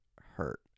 hurt